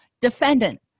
Defendant